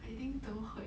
I think 都会